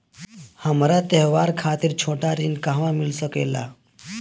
हमरा त्योहार खातिर छोटा ऋण कहवा मिल सकेला?